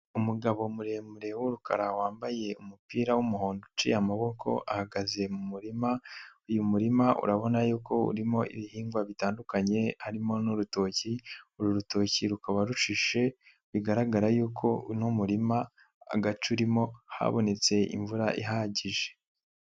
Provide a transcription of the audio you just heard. Umugabo muremure w'urukara wambaye umupira w'umuhondo uciye amaboko ahagaze mu murima, uyu murima urabona yuko urimo ibihingwa bitandukanye harimo n'urutoki, uru rutoki rukaba rushishe bigaragara yuko uno murima agace urimo habonetse imvura ihagije.